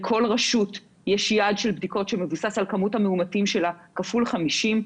לכל רשות יש יעד של בדיקות שמבוסס על כמות המאומתים שלה כפול 50,